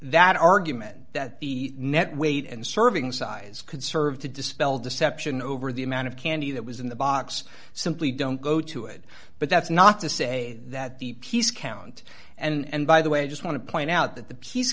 that argument that the net weight and serving size could serve to dispel deception over the amount of candy that was in the box simply don't go to it but that's not to say that the piece count and by the way just want to point out that the piece